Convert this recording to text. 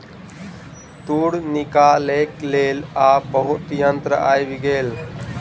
तूर निकालैक लेल आब बहुत यंत्र आइब गेल